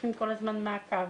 שצריכים כל הזמן מעקב.